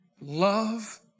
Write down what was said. Love